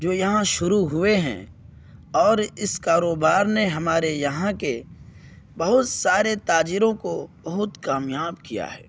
جو یہاں شروع ہوئے ہیں اور اس کاروبار نے ہمارے یہاں کے بہت سارے تاجروں کو بہت کامیاب کیا ہے